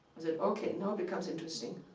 i said, okay, now it becomes interesting.